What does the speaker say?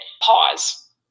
pause